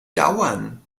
dauern